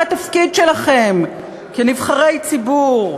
זה התפקיד שלכם כנבחרי ציבור.